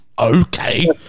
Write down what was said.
okay